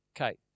Okay